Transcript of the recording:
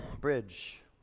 bridge